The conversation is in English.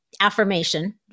affirmation